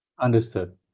understood